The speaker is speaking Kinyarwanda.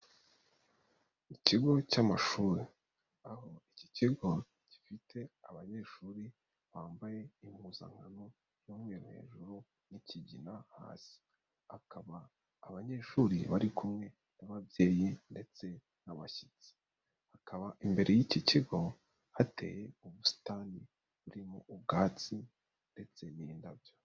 Ikigo cy'amashuri aho iki kigo gifite abanyeshuri bambaye impuzankano y'umweru hejuru n'ikigina hasi, bakaba abanyeshuri bari kumwe n'ababyeyi ndetse n'abashyitsi, hakaba imbere y'iki kigo hateye ubusitani burimo ubwatsi ndetse n'indabyo.